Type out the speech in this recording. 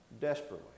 desperately